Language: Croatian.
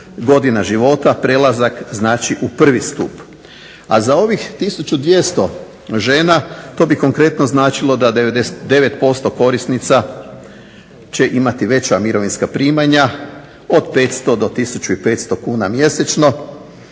godina života, prelazak znači u 1. Stup. A za ovih 1200 žena to bi konkretno značilo da 99% korisnica će imati veća mirovinska primanja od 500 do 1500 kuna mjesečno,